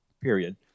period